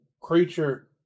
creature